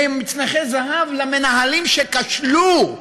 ומצנחי זהב למנהלים שכשלו,